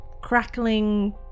crackling